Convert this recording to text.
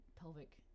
pelvic